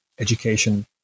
Education